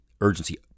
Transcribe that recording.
urgency